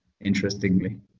interestingly